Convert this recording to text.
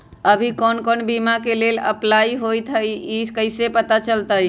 अभी कौन कौन बीमा के लेल अपलाइ होईत हई ई कईसे पता चलतई?